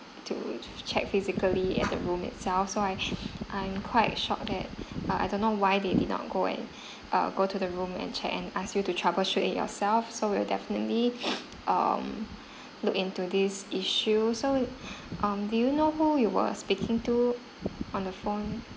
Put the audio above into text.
to check physically at the room itself so I I'm quite shocked that I don't know why they did not go and uh go to the room and check and ask you to troubleshoot it yourself so we'll definitely um look into this issue so um do you know who you were speaking to on the phone